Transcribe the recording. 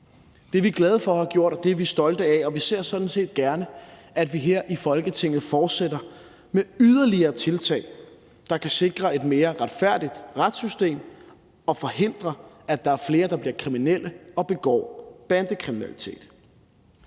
set gerne, at vi her i Folketinget fortsætter med yderligere tiltag, der kan sikre et mere retfærdigt retssystem, og som kan forhindre, at flere bliver kriminelle og begår bandekriminalitet.